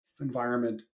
environment